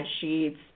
sheets